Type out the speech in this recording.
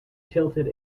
tilted